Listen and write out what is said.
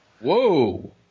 Whoa